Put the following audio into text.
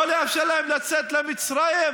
לא לאפשר להן לצאת למצרים,